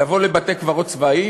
לבוא לבתי-קברות צבאיים?